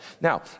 Now